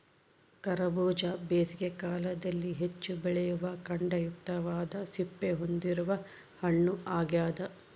ಕರಬೂಜ ಬೇಸಿಗೆ ಕಾಲದಲ್ಲಿ ಹೆಚ್ಚು ಬೆಳೆಯುವ ಖಂಡಯುಕ್ತವಾದ ಸಿಪ್ಪೆ ಹೊಂದಿರುವ ಹಣ್ಣು ಆಗ್ಯದ